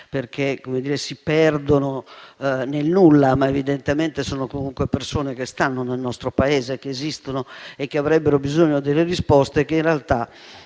perché si perdono nel nulla, ma evidentemente sono persone che stanno nel nostro Paese, che esistono e che avrebbero bisogno delle risposte. In realtà,